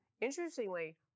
interestingly